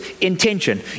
intention